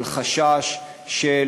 על חשש של